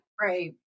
Right